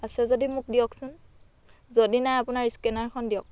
আছে যদি মোক দিয়কচোন যদি নাই আপোনাৰ স্কেনাৰখন দিয়ক